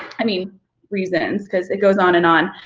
i mean reasons, cause it goes on and on,